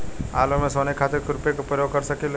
आलू में सोहनी खातिर खुरपी के प्रयोग कर सकीले?